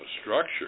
structure